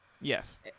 Yes